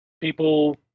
people